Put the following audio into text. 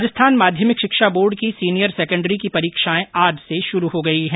राजस्थान माध्यमिक शिक्षा बोर्ड की सीनियर सैकंडरी की परीक्षाएं आज से शुरू हो गई है